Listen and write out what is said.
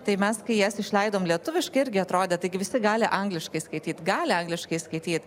tai mes kai jas išleidom lietuviškai irgi atrodė taigi visi gali angliškai skaityt gali angliškai skaityt